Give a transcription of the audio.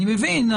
אני מבין,